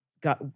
got